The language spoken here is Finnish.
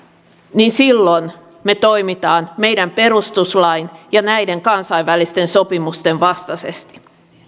niin silloin me toimimme meidän perustuslakimme ja näiden kansainvälisten sopimusten vastaisesti